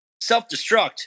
self-destruct